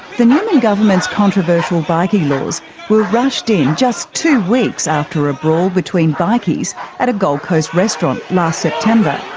the newman government's controversial bikie laws were rushed in just two weeks after a brawl between bikies at a gold coast restaurant last september.